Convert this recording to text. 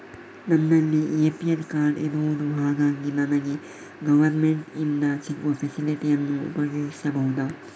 ನನ್ನಲ್ಲಿ APL card ಇರುದು ಹಾಗಾಗಿ ನನಗೆ ಗವರ್ನಮೆಂಟ್ ಇಂದ ಸಿಗುವ ಫೆಸಿಲಿಟಿ ಅನ್ನು ಉಪಯೋಗಿಸಬಹುದಾ?